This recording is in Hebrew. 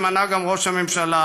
שמנה גם ראש הממשלה,